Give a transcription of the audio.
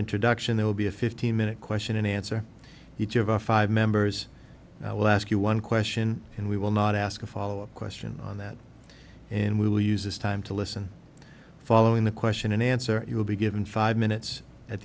introduction there will be a fifteen minute question and answer each of our five members i will ask you one question and we will not ask a follow up question on that and we will use this time to listen following the question and answer you will be given five minutes at